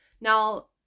Now